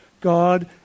God